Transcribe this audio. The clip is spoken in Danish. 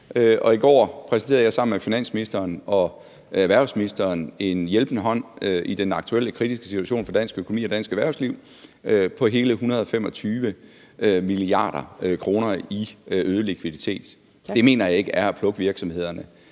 Og i går præsenterede jeg sammen med finansministeren og erhvervsministeren en hjælpende hånd i den aktuelle kritiske situation for dansk økonomi og dansk erhvervsliv på hele 125 mia. kr. i øget likviditet. Det mener jeg ikke er at plukke virksomhederne